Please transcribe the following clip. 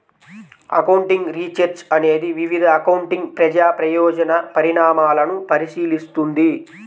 accounting research అనేది వివిధ accounting ప్రజా ప్రయోజన పరిణామాలను పరిశీలిస్తుంది